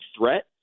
threat